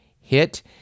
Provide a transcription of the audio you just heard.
hit